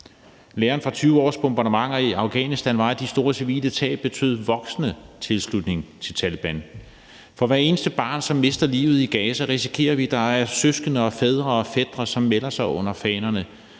Læren fra 20 års bombardementer i Afghanistan var, at de store civile tab betød voksende tilslutning til Taleban. For hvert eneste barn, som mister livet i Gaza, risikerer vi, at der er søskende og fædre og fætre, som melder sig under fanerne